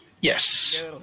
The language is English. Yes